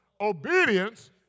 obedience